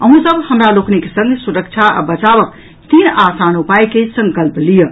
अहूँ सभ हमरा लोकनिक संग सुरक्षा आ बचावक तीन आसान उपायक संकल्प लियऽ